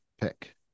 pick